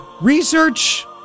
Research